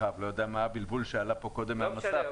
אני לא יודע מה הבלבול שעלה פה קודם מהמסך,